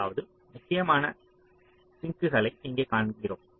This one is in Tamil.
அதாவது முக்கியமான சிங்க்களைக் இங்கே கண்காணிக்கிறோம்